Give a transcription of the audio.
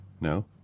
no